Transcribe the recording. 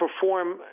perform